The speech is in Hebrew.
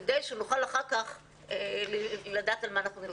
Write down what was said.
כדי שנוכל אחר כך לדעת על מה אנחנו מדברים.